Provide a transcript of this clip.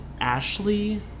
Ashley